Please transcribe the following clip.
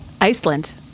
Iceland